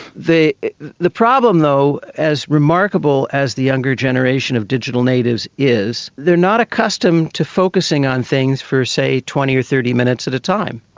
the problem problem though, as remarkable as the younger generation of digital natives is, they are not accustomed to focusing on things for, say, twenty or thirty minutes at a time.